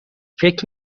فکر